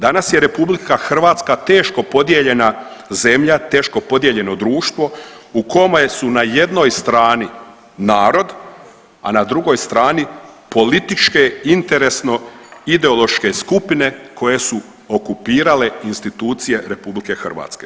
Danas je RH teško podijeljena zemlja, teško podijeljeno društvo u kome su na jednoj strani narod, a na drugoj strani političke interesno-ideološke skupine koje su okupirale institucije RH.